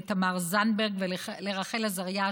לתמר זנדברג ולרחל עזריה,